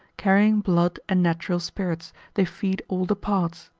carrying blood and natural spirits they feed all the parts.